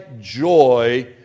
joy